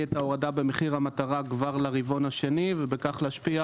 את ההורדה במחיר המטרה כבר לרבעון שני ובכך להשפיע